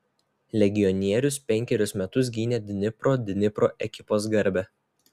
legionierius penkerius metus gynė dnipro dnipro ekipos garbę